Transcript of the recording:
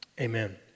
Amen